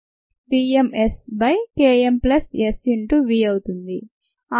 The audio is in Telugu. v m S by K m plus S into V అవుతుంది